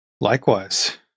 Likewise